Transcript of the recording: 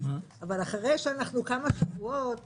אבל זה אחרי שאנחנו כמה שבועות